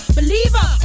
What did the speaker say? believer